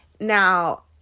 Now